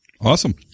Awesome